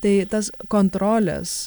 tai tas kontrolės